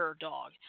dog